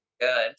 good